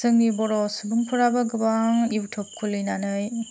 जोंनि बर' सुबुंफोराबो गोबां इउथुब खुलिनानै